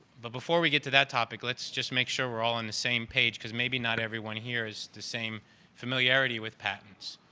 but before we get to that topic, let's just make sure we're all in the same page because maybe not everyone here has the same familiarity with patents.